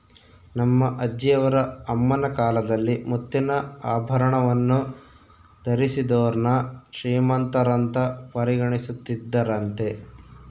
ನನ್ನ ಅಜ್ಜಿಯವರ ಅಮ್ಮನ ಕಾಲದಲ್ಲಿ ಮುತ್ತಿನ ಆಭರಣವನ್ನು ಧರಿಸಿದೋರ್ನ ಶ್ರೀಮಂತರಂತ ಪರಿಗಣಿಸುತ್ತಿದ್ದರಂತೆ